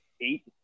eight